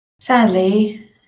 Sadly